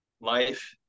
life